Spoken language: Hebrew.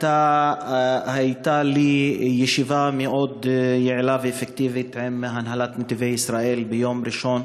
הייתה לי ישיבה יעילה מאוד ואפקטיבית עם הנהלת "נתיבי ישראל" ביום ראשון